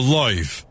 life